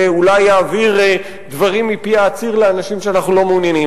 ואולי יעביר דברים מפי העציר לאנשים שאנחנו לא מעוניינים.